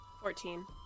Fourteen